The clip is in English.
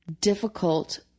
difficult